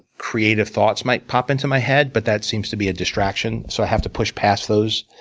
creative thoughts might pop into my head, but that seems to be a distraction, so i have to push past those.